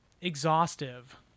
exhaustive